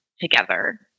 together